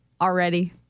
already